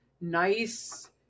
nice